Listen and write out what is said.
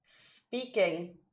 Speaking